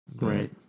Right